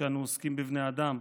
כשאנו עוסקים בבני אדם.